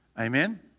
Amen